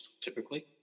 typically